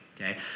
okay